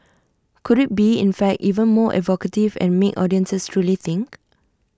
could IT be in fact even more evocative and make audiences truly think